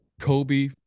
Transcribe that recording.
kobe